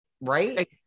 right